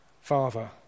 Father